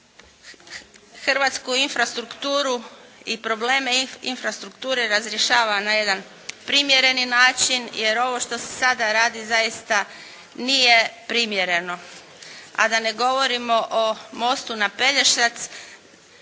hrvatsku infrastrukturu i probleme infrastrukture razriješava na jedan primjereni način jer ovo što se sada radi zaista nije primjereno. A da ne govorimo o mostu na Pelješac